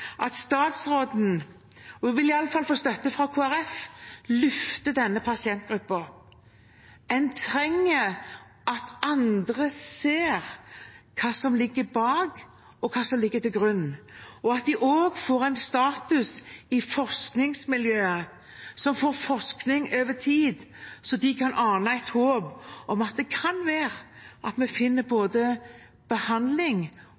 at statsråden – og hun vil iallfall få støtte fra Kristelig Folkeparti – løfter denne pasientgruppen. En trenger at andre ser hva som ligger bak, og hva som ligger til grunn, og at de også får en status i forskningsmiljøet som får forskning over tid, så de kan ane et håp om at det kan være at vi finner både behandling